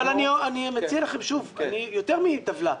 אבל אני מציע לכם שוב, יותר מטבלה.